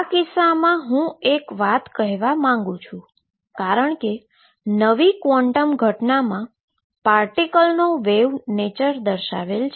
આ કિસ્સામાં અહી હું એક વાત કહેવા માંગુ છું કારણ કે નવી ક્વોંટમ ઘટનામાં પાર્ટીકલનો વેવ નેચર દર્શાવેલ છે